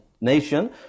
nation